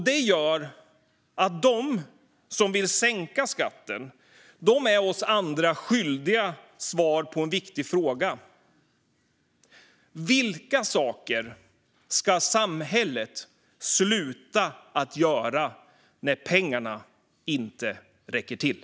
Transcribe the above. Det gör att de som vill sänka skatten är oss andra skyldiga svaret på en viktig fråga: Vilka saker ska samhället sluta att göra när pengarna inte räcker till?